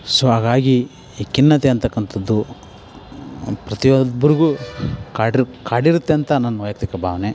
so ಹಾಗಾಗಿ ಈ ಖಿನ್ನತೆ ಅಂತಕ್ಕಂತದ್ದು ಒಂದು ಪ್ರತಿ ಒಬ್ರಿಗು ಕಾಡಿರುತ್ತೆ ಅಂತ ನನ್ನ ವೈಯಕ್ತಿಕ ಭಾವನೆ